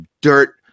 dirt